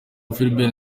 philbert